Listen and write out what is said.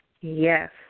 Yes